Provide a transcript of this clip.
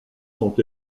sont